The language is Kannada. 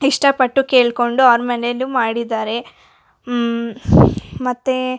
ಇಷ್ಟಪಟ್ಟು ಕೇಳ್ಕೊಂಡು ಅವರ ಮನೆಯಲ್ಲೂ ಮಾಡಿದ್ದಾರೆ ಮತ್ತು